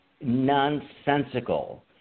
nonsensical